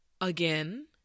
Again